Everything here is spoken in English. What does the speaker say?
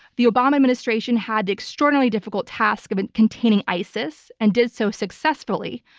the obama administration had extraordinarily difficult tasks of containing isis and did so successfully.